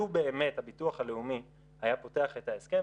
לו באמת הביטוח הלאומי היה פותח את ההסכם,